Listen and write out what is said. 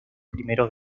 primeros